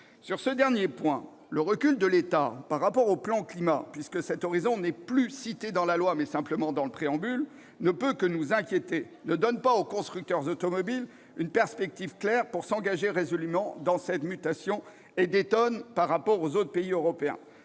Sur ce dernier point, le recul de l'État par rapport au plan Climat, puisque cet horizon est cité non plus dans la loi, mais simplement dans son préambule, ne peut que nous inquiéter. Cela ne donne pas aux constructeurs automobiles une perspective claire pour s'engager résolument dans cette mutation, ce qui détonne par rapport aux autres pays européens.